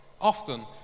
often